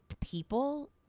people